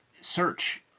search